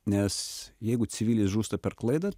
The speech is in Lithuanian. nes jeigu civilis žūsta per klaidą